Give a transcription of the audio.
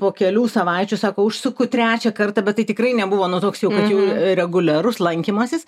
po kelių savaičių sako užsuku trečią kartą bet tai tikrai nebuvo nu toks jau kad jau reguliarus lankymasis